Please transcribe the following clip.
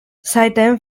seitdem